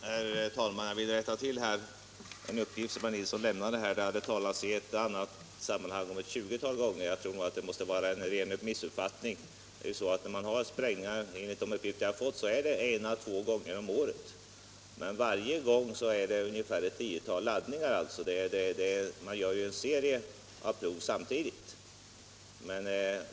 Herr talman! Jag vill rätta till herr Nilssons uppgift om ett tjugotal sprängningstillfällen. Jag tror att det måste vara en ren missuppfattning. Enligt de uppgifter jag har fått gäller det en å två gånger om året, men varje gång är det ett tiotal laddningar som sprängs. Man gör en serie av prov samtidigt.